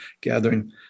gathering